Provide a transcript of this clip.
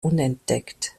unentdeckt